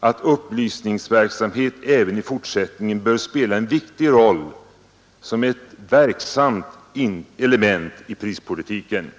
att upplysningsverksamhet även i fortsättningen bör spela en viktig roll som ett verksamt element i prispolitiken.